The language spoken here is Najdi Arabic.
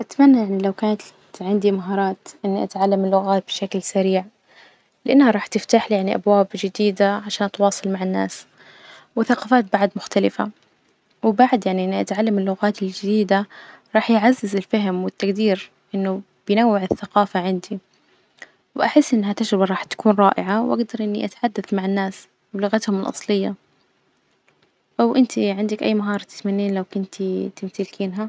أتمنى يعني لو كانت عندي مهارات إني أتعلم اللغات بشكل سريع، لإنها راح تفتح لي يعني أبواب جديدة عشان أتواصل مع الناس وثقافات بعد مختلفة، وبعد يعني إني أتعلم اللغات الجديدة راح يعزز الفهم والتجدير إنه بينوع الثقافة عندي، وأحس إنها تجربة راح تكون رائعة وأجدر إني أتحدث مع الناس بلغتهم الأصلية، أ- وإنتي عندك أي مهارة تتمنين لو كنتي تمتلكينها?